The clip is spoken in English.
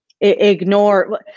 ignore